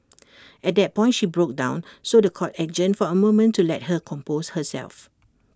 at that point she broke down so The Court adjourned for A moment to let her compose herself